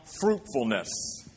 fruitfulness